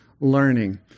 learning